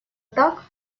так